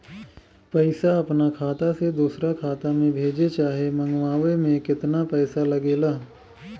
पैसा अपना खाता से दोसरा खाता मे भेजे चाहे मंगवावे में केतना पैसा लागेला?